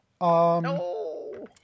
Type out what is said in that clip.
No